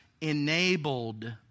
enabled